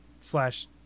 slash